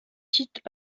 sites